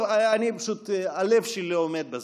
טוב, פשוט הלב שלי לא עומד בזה,